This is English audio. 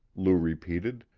lou repeated,